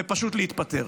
ופשוט להתפטר.